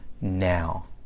now